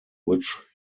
which